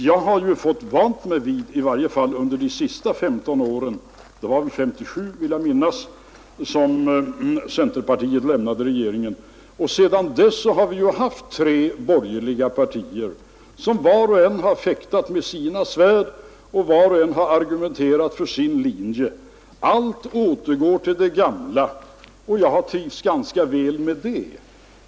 Jag har vant mig vid — i varje fall under de senaste 15 åren; jag vill minnas att det var 1957 som centerpartiet lämnade regeringen — att vi har tre borgerliga partier som vart och ett fäktar med sina svärd och argumenterar för sin linje. Allt återgår nu till det gamla, och jag har trivts ganska bra med det.